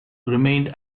remained